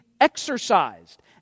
exercised